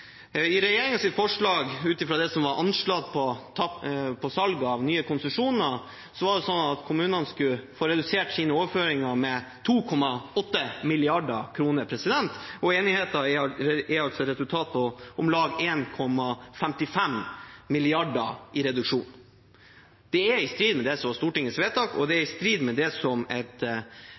I regjeringens forslag ut fra det som var anslått for salg av nye konsesjoner, skulle kommunene få redusert sine overføringer med 2,8 mrd. kr. Enigheten er altså et resultat på om lag 1,55 mrd. kr i reduksjon. Det er i strid med det som var Stortingets vedtak, og det er i strid med det et